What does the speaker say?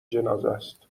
جنازهست